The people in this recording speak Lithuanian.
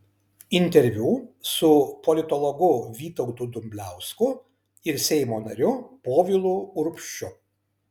interviu su politologu vytautu dumbliausku ir seimo nariu povilu urbšiu